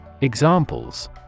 Examples